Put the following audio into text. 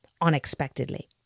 unexpectedly